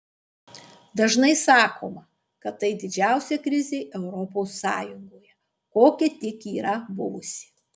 dažnai sakoma kad tai didžiausia krizė europos sąjungoje kokia tik yra buvusi